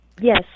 Yes